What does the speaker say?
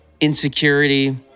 insecurity